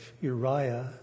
Uriah